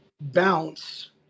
bounce